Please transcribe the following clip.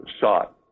shot